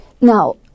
Now